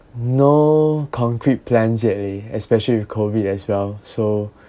no concrete plans yet leh especially with COVID as well so